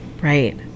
Right